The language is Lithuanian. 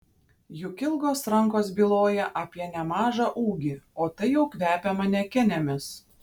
juk ilgos rankos byloja apie nemažą ūgį o tai jau kvepia manekenėmis